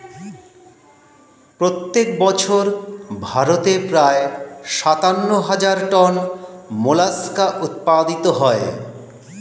প্রত্যেক বছর ভারতে প্রায় সাতান্ন হাজার টন মোলাস্কা উৎপাদিত হয়